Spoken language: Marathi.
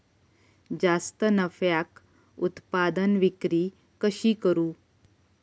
जास्त नफ्याक उत्पादन विक्री कशी करू?